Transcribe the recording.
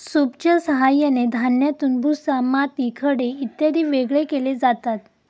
सूपच्या साहाय्याने धान्यातून भुसा, माती, खडे इत्यादी वेगळे केले जातात